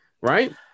right